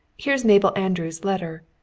here's mabel andrews' letter.